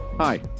Hi